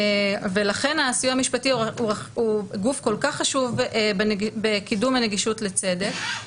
ולכן הסיוע המשפטי הוא גוף כל כך חשוב בקידום הנגישות לצדק.